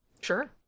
Sure